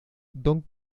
don